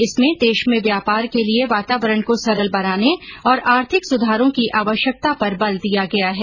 इसमें देश में व्यापार के लिए वातावरण को सरल बनाने और अधिक सुधारों की आवश्यकता पर बल दिया गया है